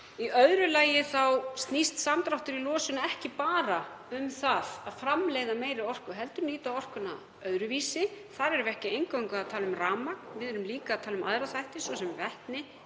Í öðru lagi snýst samdráttur í losun ekki bara um að framleiða meiri orku heldur að nýta orkuna öðruvísi. Þar erum við ekki eingöngu að tala um rafmagn. Við erum líka að tala um aðra þætti, svo sem vetni,